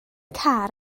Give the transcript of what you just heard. car